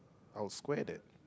our square that